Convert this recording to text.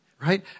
right